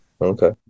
Okay